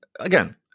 Again